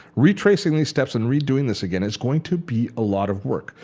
retracing these steps and redoing this again is going to be a lot of work.